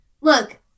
Look